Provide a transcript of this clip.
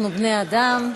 אנחנו בני-אדם.